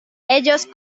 ellos